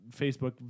Facebook